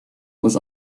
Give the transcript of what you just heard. was